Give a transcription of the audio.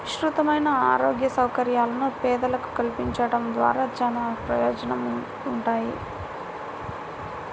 విస్తృతమైన ఆరోగ్య సౌకర్యాలను పేదలకు కల్పించడం ద్వారా చానా ప్రయోజనాలుంటాయి